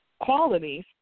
qualities